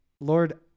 Lord